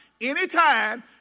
Anytime